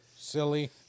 silly